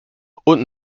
und